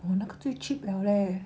oh 那个最 cheap liao leh